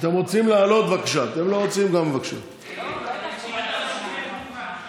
אתם רוצים לעלות, בבקשה, אתם לא רוצים, גם בבקשה.